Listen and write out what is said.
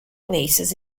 places